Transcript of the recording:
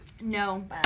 No